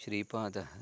श्रीपादः